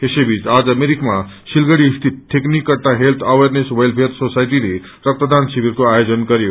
यसैबीच आज मिरिकमा सिलगड़ी स्थित थिग्नीकट्टा हेल्थ अवेरनेस वेलफेयर सोसाईटीले रक्तदान शिविरको आयोजन गरयो